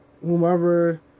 whomever